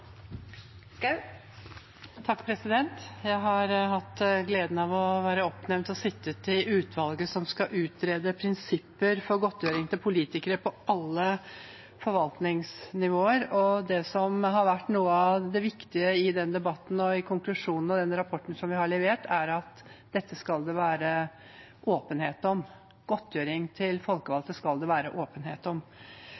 Jeg har hatt gleden av å være oppnevnt til og sitte i utvalget som skal utrede prinsipper for godtgjøring til politikere på alle forvaltningsnivåer. Det som har vært noe av det viktige i den debatten og i konklusjonen av den rapporten vi har levert, er at det skal være åpenhet om dette. Godtgjøring til folkevalgte skal det være åpenhet om.